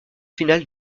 final